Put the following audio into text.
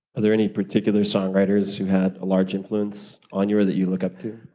are there any particular songwriters who had a large influence on you or that you look up to?